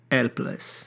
Helpless